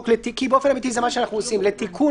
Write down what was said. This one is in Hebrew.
כי באופן אמיתי זה מה שאנחנו עושים: הצעת חוק לתיקון